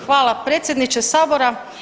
Hvala predsjedniče Sabora.